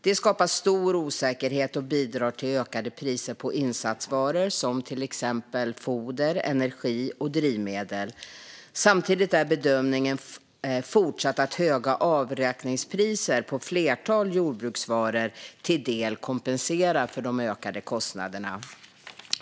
Det skapar stor osäkerhet och bidrar till ökade priser på insatsvaror som till exempel foder, energi och drivmedel. Samtidigt är bedömningen fortsatt att höga avräkningspriser på flertalet jordbruksvaror till del kompenserar för de ökade kostnaderna.